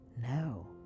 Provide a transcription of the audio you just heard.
no